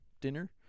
dinner